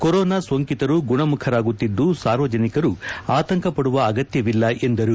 corona ಸೋಂಕಿತರು ಗುಣಮುಖರಾಗುತ್ತಿದ್ದು ಸಾರ್ವಜನಿಕರು ಆತಂಕಪಡುವ ಅಗತ್ಯವಿಲ್ಲ ಎಂದರು